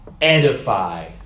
edify